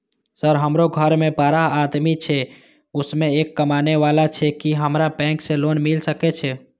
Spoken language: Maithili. सर हमरो घर में बारह आदमी छे उसमें एक कमाने वाला छे की हमरा बैंक से लोन मिल सके छे?